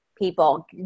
people